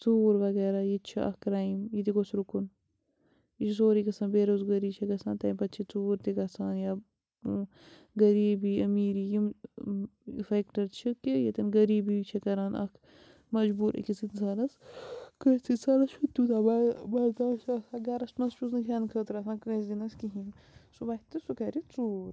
ژوٗر وغیرہ یہِ تہِ چھُ اَکھ کرٛایم یہِ تہِ گوٚژھ رُکُن یہِ چھُ سورُے گژھان بےٚ روزگٲری چھِ گژھان تَمہِ پَتہٕ چھِ ژوٗر تہِ گژھان یا ٲں غریٖبی امیٖری یِم فیٚکٹَر چھِ کہِ ییٚتیٚن غریٖبی چھِ کَران اَکھ مَجبوٗر أکِس اِنسانَس کٲنٛسہِ انسانَس چھُنہٕ تیٛوٗتاہ برداشت آسان گھرَس منٛز چھُس نہٕ کھیٚنہٕ خٲطرٕ آسان کٲنٛسہِ دِنَس کِہیٖنۍ سُہ وۄتھہِ تہٕ سُہ کَرِ ژوٗر